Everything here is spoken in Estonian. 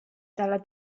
talle